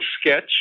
sketch